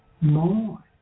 more